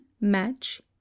match